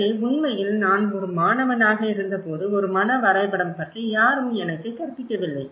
எனவே உண்மையில் நான் ஒரு மாணவனாக இருந்தபோது ஒரு மன வரைபடம் பற்றி யாரும் எனக்கு கற்பிக்கவில்லை